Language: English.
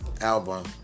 album